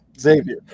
Xavier